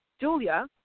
Julia